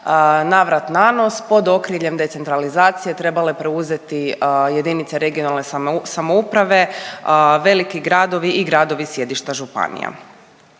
navrat nanos pod okriljem decentralizacije trebale preuzeti jedinice regionalne samouprave, veliki gradovi i gradovi sjedišta županija.